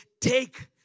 take